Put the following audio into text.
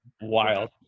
Wild